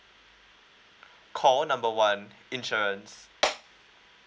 call number one insurance